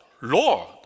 Lord